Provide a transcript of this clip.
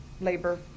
labor